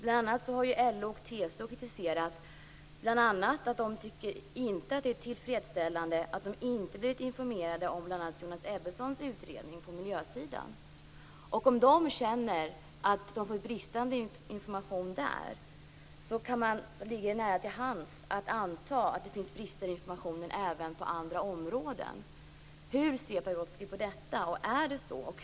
LO och TCO har varit kritiska och sagt att de tycker att det inte är tillfredsställande att de inte blivit informerade om bl.a. Jonas Ebbessons utredning på miljösidan. Om de känner att de får bristande information på den punkten ligger det nära till hands att anta att det finns brister i informationen även på andra områden. Hur ser Pagrotsky på detta? Är det så?